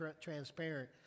transparent